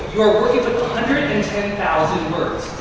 you are working with one hundred and ten thousand words.